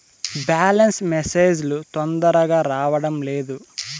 Balance message లు తొందరగా రావడం లేదు?